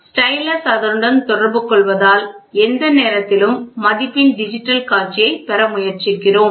stylus அதனுடன் தொடர்பு கொள்வதால் எந்த நேரத்திலும் மதிப்பின் டிஜிட்டல் காட்சியைப் பெற முயற்சிக்கிறோம்